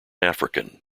african